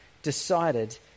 decided